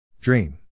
Dream